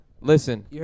listen